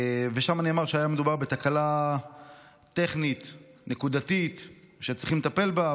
ושם נאמר שהיה מדובר בתקלה טכנית נקודתית שצריכים לטפל בה,